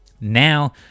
now